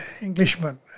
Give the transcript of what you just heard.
Englishman